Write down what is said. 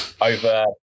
over